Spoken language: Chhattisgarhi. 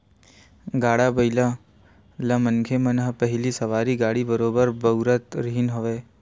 गाड़ा बइला ल मनखे मन ह पहिली सवारी गाड़ी बरोबर बउरत रिहिन हवय